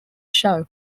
show